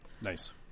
Nice